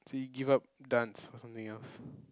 so you give up dance for something else